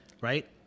right